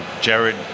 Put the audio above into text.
Jared